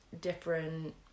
different